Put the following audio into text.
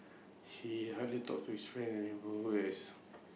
he hardly talks to his friends or neighbours as